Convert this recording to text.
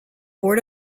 board